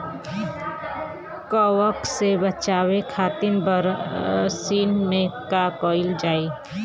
कवक से बचावे खातिन बरसीन मे का करल जाई?